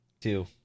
Two